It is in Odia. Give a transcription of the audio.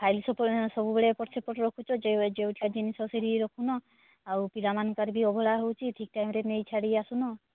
ଫାଇଲ୍ ସବୁବେଳେ ଏପଟ ସେପଟ ରଖୁଛ ଯେବେ ଯେଉଁଟା ଜିନିଷ ସେଇଠି ରଖୁନ ଆଉ ପିଲାମାନଙ୍କର ବି ଅବହେଳା ହେଉଛି ଠିକ୍ ଟାଇମ୍ରେ ନେଇ ଛାଡ଼ିଆସୁନ